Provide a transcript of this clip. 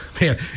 Man